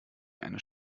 eine